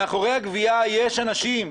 מאחורי הגבייה יש אנשים,